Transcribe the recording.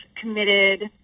committed